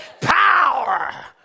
power